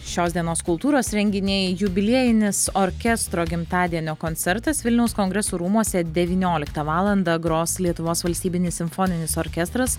šios dienos kultūros renginiai jubiliejinis orkestro gimtadienio koncertas vilniaus kongresų rūmuose devyniolika valandą gros lietuvos valstybinis simfoninis orkestras